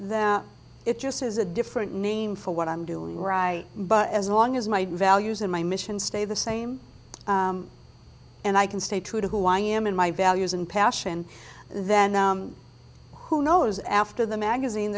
that it just is a different name for what i'm doing right but as long as my values in my mission stay the same and i can stay true to who i am and my values and passion then who knows after the magazine